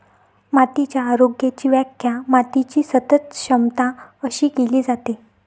मातीच्या आरोग्याची व्याख्या मातीची सतत क्षमता अशी केली जाते